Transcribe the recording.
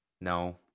No